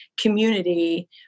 community